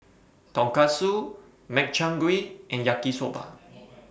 Tonkatsu Makchang Gui and Yaki Soba